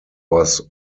was